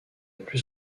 plus